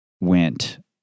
went